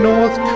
North